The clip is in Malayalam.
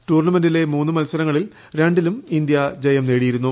ടൂർണമെന്റിലെ മൂന്ന് മത്സരങ്ങളിൽ രണ്ടിലും ഇന്ത്യ ജയം നേടിയിരുന്നു